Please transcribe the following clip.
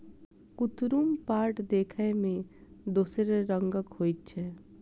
कुतरुम पाट देखय मे दोसरे रंगक होइत छै